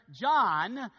John